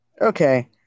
Okay